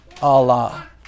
Allah